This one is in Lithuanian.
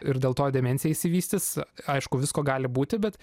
ir dėl to demencija išsivystys aišku visko gali būti bet